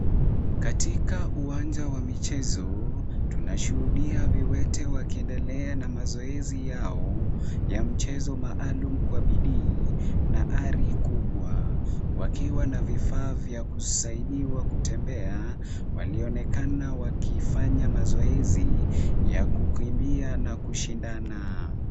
Katika uwanja wa michezo tunashuhudia viwete wakiendelea na mazoezi yao ya mchezo maalum kwa bidii na ari kubwa, wakiwa na vifaa vya kusaidiwa kutembea, walionekana wakifanya mazoezi ya kukimbia na kushindana.